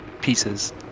pieces